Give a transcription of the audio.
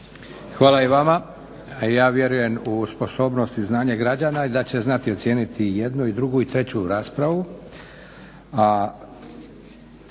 Hvala i vama. Ja vjerujem u sposobnost i znanje građana da će znati ocijeniti i jednu i drugu i treću raspravu.